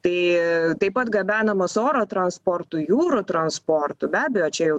tai taip pat gabenamos oro transportu jūrų transportu be abejo čia jau